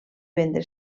vendre